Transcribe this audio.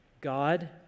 God